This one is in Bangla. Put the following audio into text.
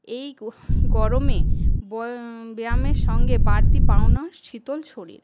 এই গরমে ব্যায়ামের সঙ্গে বাড়তি পাওনা শীতল শরীর